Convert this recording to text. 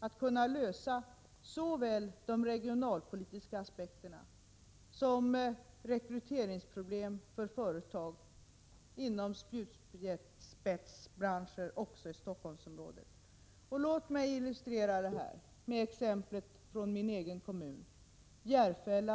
att kunna lösa såväl de regionalpolitiska problemen som rekryteringsproblemen för företag inom spjutspetsbranscher också i Stockholmsområdet. Låt mig illustrera detta med exemplet från min egen kommun Järfälla.